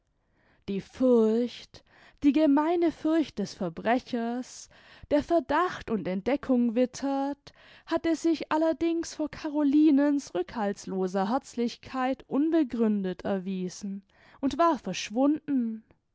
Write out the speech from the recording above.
die furcht die gemeine furcht des verbrechers der verdacht und entdeckung wittert hatte sich allerdings vor carolinens rückhaltsloser herzlichkeit unbegründet erwiesen und war verschwunden